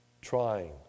trying